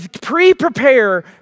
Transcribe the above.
Pre-prepare